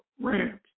rams